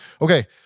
Okay